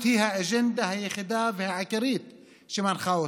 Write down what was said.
היא האג'נדה היחידה והעיקרית שמנחה אותה.